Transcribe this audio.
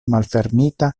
malfermita